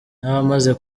n’abamaze